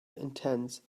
intense